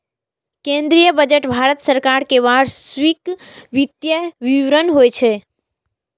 केंद्रीय बजट भारत सरकार के वार्षिक वित्तीय विवरण होइ छै